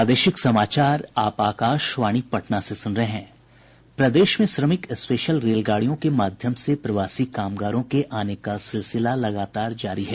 प्रदेश में श्रमिक स्पेशल रेलगाड़ियों के माध्यम से प्रवासी कामगारों के आने का सिलसिला लगातार जारी है